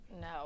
no